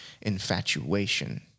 infatuation